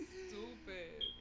stupid